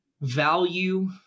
value